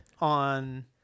On